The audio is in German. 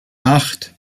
acht